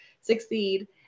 succeed